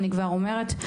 אני כבר אומרת.